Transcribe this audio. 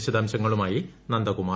വിശദാംശങ്ങളുമായി നന്ദകുമാർ